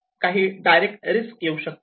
काही direct risk येऊ शकतात